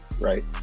right